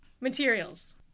Materials